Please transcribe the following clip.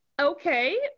Okay